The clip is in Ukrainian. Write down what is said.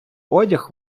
одяг